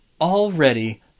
already